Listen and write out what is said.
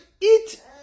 eat